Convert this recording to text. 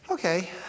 Okay